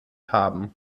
haben